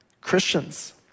Christians